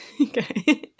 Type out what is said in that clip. okay